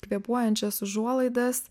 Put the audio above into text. kvėpuojančias užuolaidas